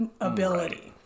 ability